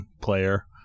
player